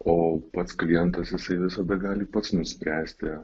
o pats klientas jisai visada gali pats nuspręsti